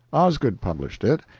osgood published it,